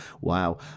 Wow